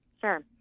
Sure